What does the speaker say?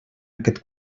aquest